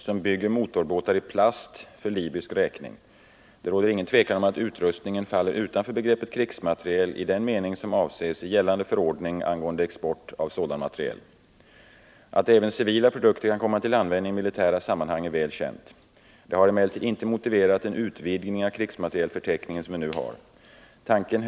Systemet ökar Libyens möjligheter till bl, a. terrorattacker mot de många grannländer som landet befinner sig i konflikt med, t.ex. Egypten, Tunisien och Israel.